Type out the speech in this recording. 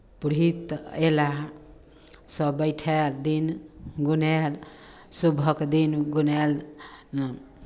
पुरहित अयला सभ बैठायल दिन गुनायल शुभक दिन गुनायल